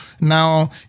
now